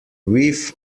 whiff